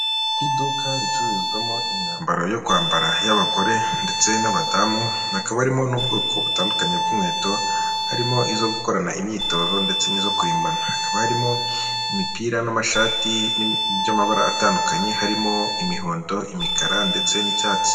Iduka ricuruzwamo imyambaro yo kwambara iy'abagore ndetse n'abadamu hakaba harimo n'ubwoko butandukanye bw'inkweto harimo izo gukorana imyitozo ndetse n'izo kurimbana hakaba harimo imipira n'amashati by'amabara atandukanye harimo imihondo, imikara ndetse n'icyatsi.